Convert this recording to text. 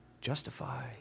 justify